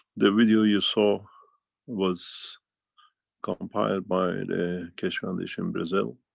the video you saw was compiled by the keshe foundation brazil,